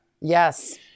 Yes